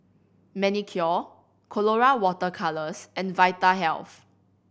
Manicare Colora Water Colours and Vitahealth